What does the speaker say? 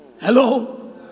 Hello